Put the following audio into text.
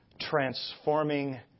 transforming